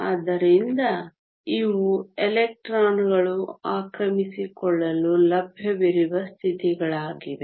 ಆದ್ದರಿಂದ ಇವು ಎಲೆಕ್ಟ್ರಾನ್ಗಳು ಆಕ್ರಮಿಸಿಕೊಳ್ಳಲು ಲಭ್ಯವಿರುವ ಸ್ಥಿತಿಗಳಾಗಿವೆ